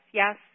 yes